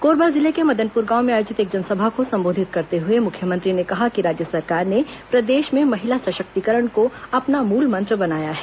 कोरबा जिले के मदनपुर गांव में आयोजित एक जनसभा को संबोधित करते हुए मुख्यमंत्री ने कहा कि राज्य सरकार ने प्रदेश में महिला सशक्तिकरण को अपना मूलमंत्र बनाया है